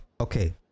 okay